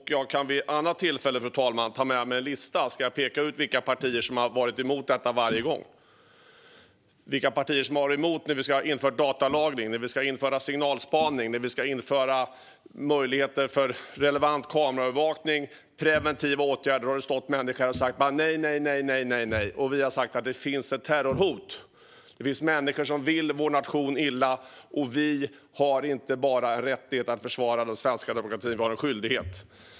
Jag kan vid ett annat tillfälle, fru talman, ta med mig en lista och peka ut vilka partier som varit emot dessa ändringar varje gång, vilka partier som varit emot att införa datalagring, signalspaning, möjligheter till relevant kameraövervakning och preventiva åtgärder. Varje gång har det stått människor här och sagt nej, nej, nej. Vi har sagt att det finns ett terrorhot. Det finns människor som vill vår nation illa, och vi har inte bara en rättighet att försvara den svenska demokratin utan också en skyldighet.